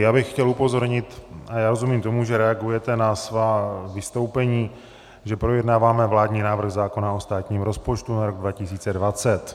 Já bych chtěl upozornit rozumím tomu, že reagujete na svá vystoupení že projednáváme vládní návrh zákona o státním rozpočtu na rok 2020.